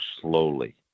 slowly